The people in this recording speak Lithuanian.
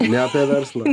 ne apie verslą